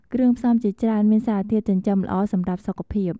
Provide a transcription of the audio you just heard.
គ្រឿងផ្សំ ជាច្រើនមានសារធាតុចិញ្ចឹមល្អសម្រាប់សុខភាព។